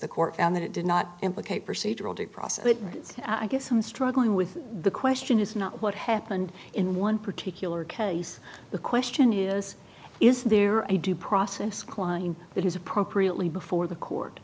the court found that it did not implicate procedural due process that i guess i'm struggling with the question is not what happened in one particular case the question is is there a due process clause that is appropriately before the court